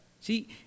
See